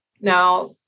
Now